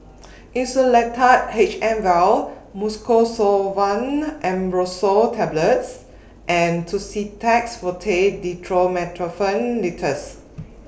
Insulatard H M Vial Mucosolvan Ambroxol Tablets and Tussidex Forte Dextromethorphan Linctus